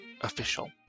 official